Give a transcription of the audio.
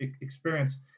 experience